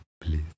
please